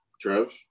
trev